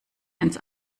ins